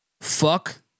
Fuck